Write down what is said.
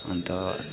अन्त